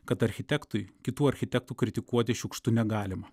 kad architektui kitų architektų kritikuoti šiukštu negalima